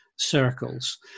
Circles